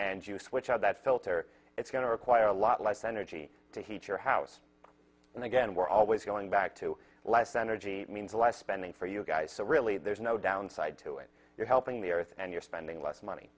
and you switch out that filter it's going to require a lot less energy to heat your house and again we're always going back to life energy means less spending for you guys so really there's no downside to it you're helping the earth and you're spending less money